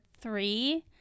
three